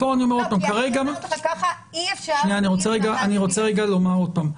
אני רוצה רגע לומר עוד פעם,